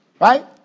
Right